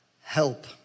help